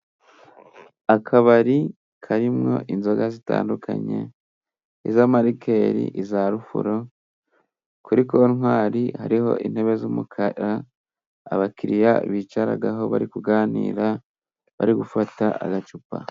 Akabari karimwo inzoga zitandukanye iza marikeli, iza rufuro, kuri kontwari hariho intebe z'umukara abakiriya bicaraho bari kuganira, bari gufata agacupa.